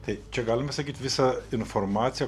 tai čia galima sakyt visa informacija